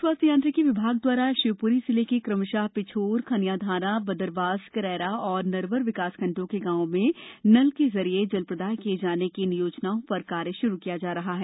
लोक स्वास्थ्य यांत्रिकी विभाग द्वारा शिवप्री जिले के क्रमश पिछोर खनियाधाना बदरबास करैरा तथा नरवर विकासखण्डों के ग्रामों में नल के जरिये जल प्रदाय किए जाने की इन योजनाओं पर कार्य प्रारंभ किया जा रहा है